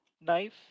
knife